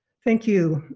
thank you.